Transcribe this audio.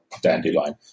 Dandelion